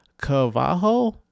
Cavajo